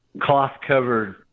cloth-covered